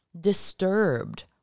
disturbed